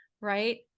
right